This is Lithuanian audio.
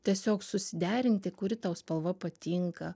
tiesiog susiderinti kuri tau spalva patinka